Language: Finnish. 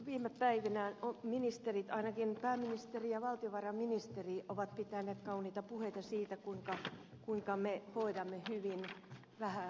viime päivinä ministerit ainakin pääministeri ja valtiovarainministeri ovat pitäneet kauniita puheita siitä kuinka me hoidamme hyvin vähäosaisemme